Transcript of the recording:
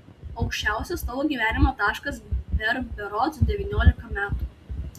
aukščiausias tavo gyvenimo taškas per berods devyniolika metų